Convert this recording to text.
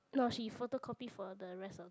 no she photocopy for the rest of the